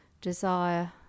desire